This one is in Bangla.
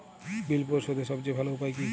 বিল পরিশোধের সবচেয়ে ভালো উপায় কী?